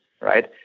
right